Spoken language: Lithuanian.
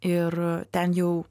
ir ten jau